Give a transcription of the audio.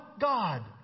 God